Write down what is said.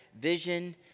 vision